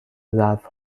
ظرف